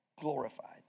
glorified